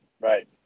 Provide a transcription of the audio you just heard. Right